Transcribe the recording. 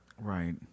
Right